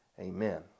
amen